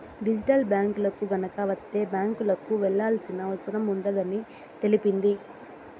digital బ్యాంకులు గనక వత్తే బ్యాంకులకు వెళ్లాల్సిన అవసరం ఉండదని తెలిపింది